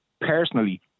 personally